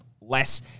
less